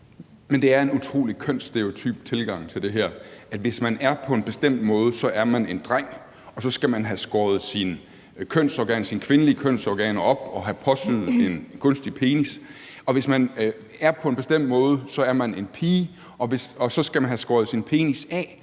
Men det er en utrolig kønsstereotyp tilgang til det her, at hvis man er på en bestemt måde, er man en dreng, og så skal man have skåret sine kvindelige kønsorganer op og have påsat en kunstig penis, og hvis man er på en bestemt måde, er man en pige, og så skal man have skåret sin penis af,